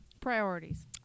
Priorities